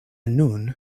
nun